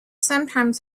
sometimes